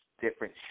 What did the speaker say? different